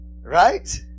Right